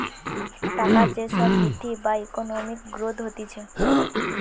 টাকার যে সব বৃদ্ধি বা ইকোনমিক গ্রোথ হতিছে